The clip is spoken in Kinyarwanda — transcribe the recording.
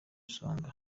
songa